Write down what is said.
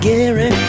Gary